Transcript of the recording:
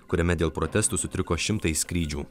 kuriame dėl protestų sutriko šimtai skrydžių